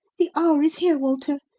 the hour is here, walter,